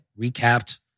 Recapped